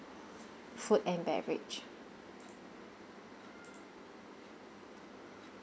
food and beverage